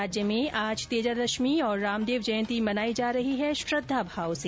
प्रदेश में आज तेजा दशमी और रामदेव जयंती मनाई जा रही है श्रद्धाभाव से